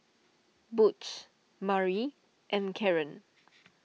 Butch Mari and Caren